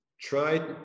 try